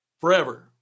Forever